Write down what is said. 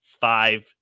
five